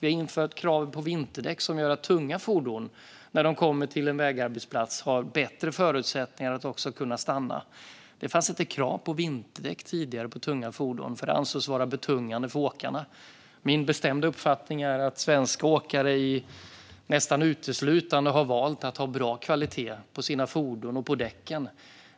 Vi har infört krav på vinterdäck, som gör att tunga fordon har bättre förutsättningar att kunna stanna när de kommer till en vägarbetsplats. Det fanns inte krav på vinterdäck på tunga fordon tidigare, för det ansågs vara betungande för åkarna. Min bestämda uppfattning är att svenska åkare nästan uteslutande har valt att ha bra kvalitet på sina fordon och på däcken.